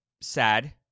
sad